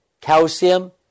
calcium